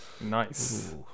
nice